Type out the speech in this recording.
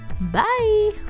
bye